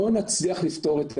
לא נצליח לפתור את העניין,